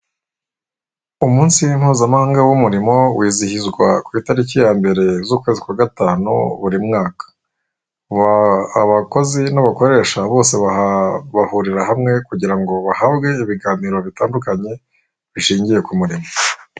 Umunsi mpuzamahanga w'umurimo wizihizwa ku itariki ya mbere z'ukwezi kwa gatanu buri mwaka. Abakozi n'abakoresha bose bahurira hamwe kugira ngo bahabwe ibiganiro bitandukanye bishingiye ku murimo.